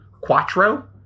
quattro